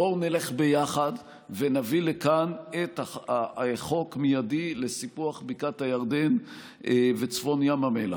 בואו נלך יחד ונביא לכאן מיידית את החוק לסיפוח הירדן וצפון ים המלח.